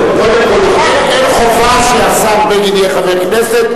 אין חובה שהשר בגין יהיה חבר הכנסת,